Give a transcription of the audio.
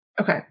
Okay